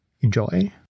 enjoy